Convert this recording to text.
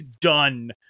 done